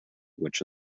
which